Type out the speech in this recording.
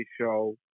show